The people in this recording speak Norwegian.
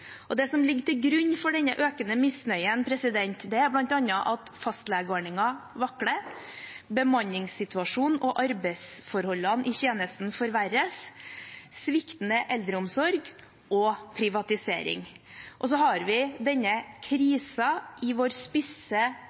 god. Det som ligger til grunn for denne økende misnøyen, er bl.a. at fastlegeordningen vakler, bemanningssituasjonen og arbeidsforholdene i tjenesten forverres, sviktende eldreomsorg og privatisering. Så har vi denne krisen i vår spisse,